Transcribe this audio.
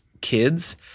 kids